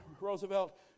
roosevelt